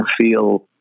feel